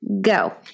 Go